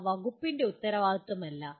അവ വകുപ്പിന്റെ ഉത്തരവാദിത്തമല്ല